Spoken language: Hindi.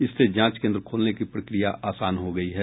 इससे जांच केन्द्र खोलने की प्रक्रिया आसान हो गयी है